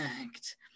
act